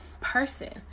person